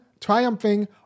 triumphing